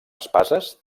espases